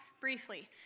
briefly